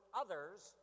others